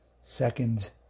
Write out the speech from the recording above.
second